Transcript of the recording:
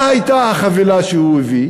מה הייתה החבילה שהוא הביא,